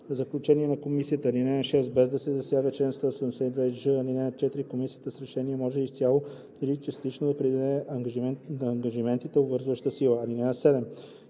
заключения на комисията.